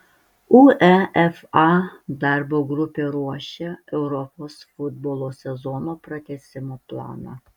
uefa darbo grupė ruošia europos futbolo sezono pratęsimo planą